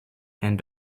and